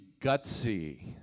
gutsy